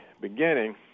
beginning